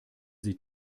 sie